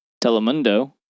Telemundo